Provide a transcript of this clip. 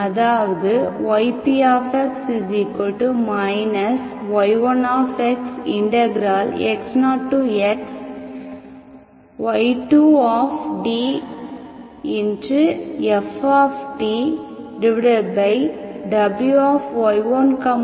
அதாவது ypx y1xx0xy2tftWy1 y2tdty2x0xy1fWy1 y2dtஆகும்